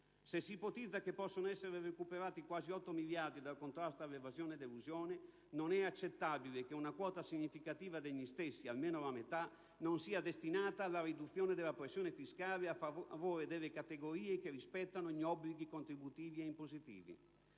Se si ipotizza che possano essere recuperati quasi 8 miliardi di euro dal contrasto all'evasione e all'elusione, non è accettabile che una quota significativa degli stessi, almeno la metà, non sia destinata alla riduzione della pressione fiscale a favore delle categorie che rispettano gli obblighi contributivi e impositivi.